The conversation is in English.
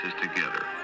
together